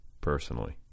Personally